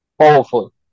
Powerful